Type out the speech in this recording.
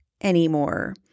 anymore